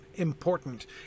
Important